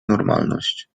normalność